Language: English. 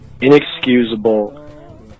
Inexcusable